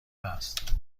است